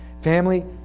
Family